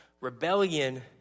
rebellion